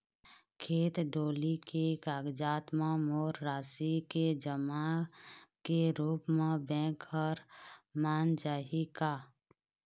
खेत डोली के कागजात म मोर राशि के जमा के रूप म बैंक हर मान जाही का?